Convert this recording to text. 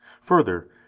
Further